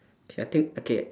okay I think okay